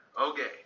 okay